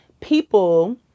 people